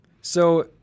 So-